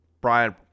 Brian